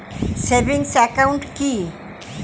Savings account কি?